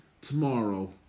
tomorrow